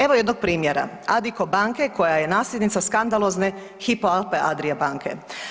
Evo jednog primjera Adikko banke koja je nasljednica skandalozne Hypo Alpe Adria banke.